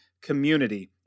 community